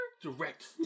Direct